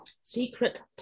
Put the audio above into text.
secret